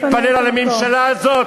אני רק רוצה להתפלל על הממשלה הזאת,